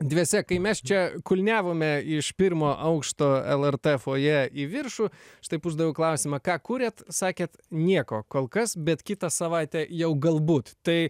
dviese kai mes čia kulniavome iš pirmo aukšto lrt fojė į viršų aš taip uždaviau klausimą ką kuriat sakėt nieko kol kas bet kitą savaitę jau galbūt tai